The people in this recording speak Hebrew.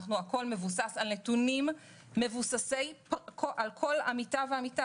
הכול מבוסס על נתונים על כל עמיתה ועמיתה,